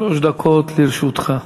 שלוש דקות לרשותך.